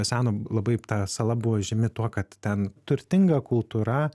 seno labai ta sala buvo žymi tuo kad ten turtinga kultūra